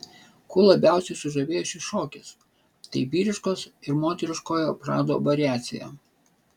kuo labiausiai sužavėjo šis šokis tai vyriškos ir moteriškojo prado variacija